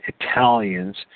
Italians